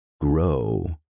grow